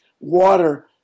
water